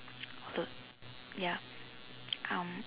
all the ya um